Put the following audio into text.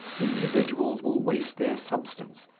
individuals will waste their substance,